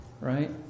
right